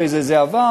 אחרי זה זה עבר,